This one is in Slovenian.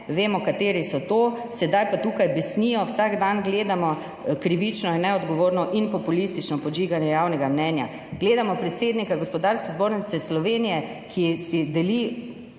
vemo, kateri so to, sedaj pa tukaj besnijo. Vsak dan gledamo krivično, neodgovorno in populistično podžiganje javnega mnenja, gledamo predsednika Gospodarske zbornice Slovenije, ki si deli